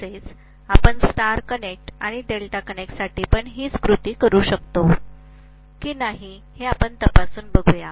तसेच आपण star connect आणि डेल्टा कनेक्ट साठी पण हीच कृती करू शकतो का ते पण तापासूया